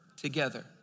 together